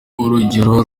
urugero